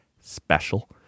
special